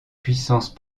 puissance